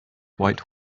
white